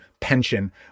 pension